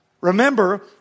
Remember